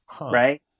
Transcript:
right